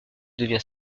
devient